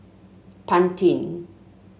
pantene